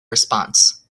response